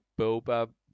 Boba